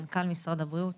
מנכ"ל משרד הבריאות,